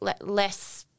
less